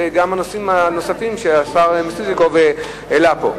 וגם הנושאים הנוספים שהשר מיסז'ניקוב העלה פה.